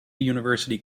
university